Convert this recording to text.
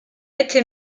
été